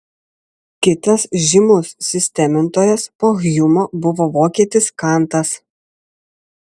kitas žymus sistemintojas po hjumo buvo vokietis kantas